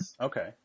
Okay